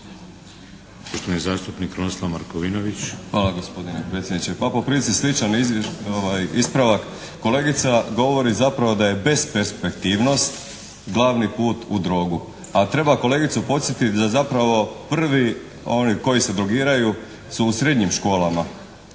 **Markovinović, Krunoslav (HDZ)** Hvala gospodine predsjedniče. Pa po prilici sličan ispravak. Kolegica govori zapravo da je besperspektivnost glavni put u drogu. A treba kolegicu podsjetiti da zapravo prvi oni koji se drogiraju su u srednjim školama,